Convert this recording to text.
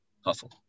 hustle